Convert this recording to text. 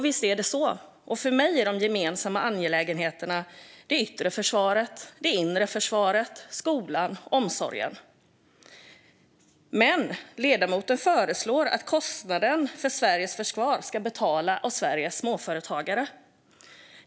Visst är det så, och för mig är de gemensamma angelägenheterna det yttre och inre försvaret, skolan och omsorgen. Men ledamoten, liksom Socialdemokraterna i sin budgetmotion, föreslår att kostnaden för Sveriges försvar ska betalas av Sveriges småföretagare.